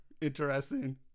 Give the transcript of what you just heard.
Interesting